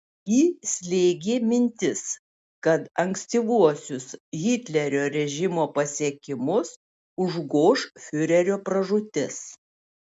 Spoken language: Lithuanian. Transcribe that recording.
jį slėgė mintis kad ankstyvuosius hitlerio režimo pasiekimus užgoš fiurerio pražūtis